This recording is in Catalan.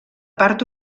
part